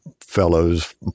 fellows